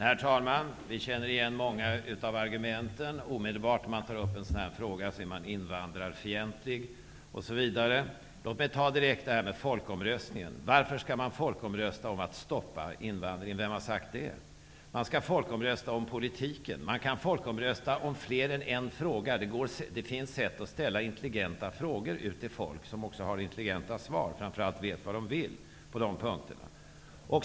Herr talman! Vi känner igen många av argumenten. Omedelbart när man tar upp en sådan här fråga är man invandrarfientlig osv. Låt mig direkt ta upp detta med folkomröstningen. Varför skall man folkomrösta om att stoppa invandringen? Vem har sagt det? Man skall folkomrösta om politiken. Man kan folkomrösta om fler än en fråga. Det finns sätt att ställa intelligenta frågor på till folk, som har intelligenta svar och som framför allt vet vad de vill på de punkterna.